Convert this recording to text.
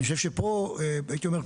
אני חושב שפה הייתי אומר,